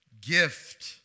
gift